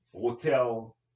hotel